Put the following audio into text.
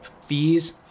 fees